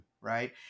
Right